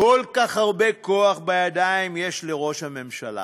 כל כך הרבה כוח בידיים יש לראש הממשלה,